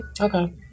Okay